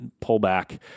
pullback